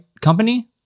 Company